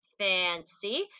fancy